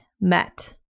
met